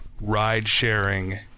ride-sharing